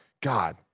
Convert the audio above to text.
God